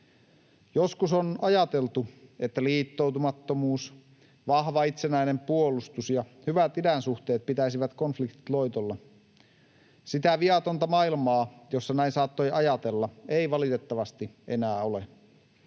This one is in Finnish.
Joskus on ajateltu, että liittoutumattomuus, vahva itsenäinen puolustus ja hyvät idänsuhteet pitäisivät konfliktit loitolla. Sitä viatonta maailmaa, jossa näin saattoi ajatella, ei valitettavasti enää ole.